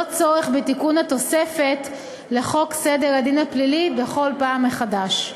צורך בתיקון התוספת לחוק סדר הדין הפלילי בכל פעם מחדש.